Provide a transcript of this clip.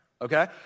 okay